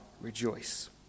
rejoice